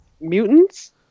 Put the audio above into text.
mutants